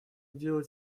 делать